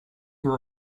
you